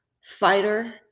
fighter